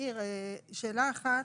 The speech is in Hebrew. שאלה אחת,